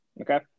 Okay